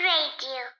Radio